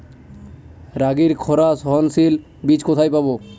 রাগির খরা সহনশীল বীজ কোথায় পাবো?